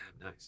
Nice